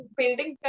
painting